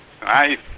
Nice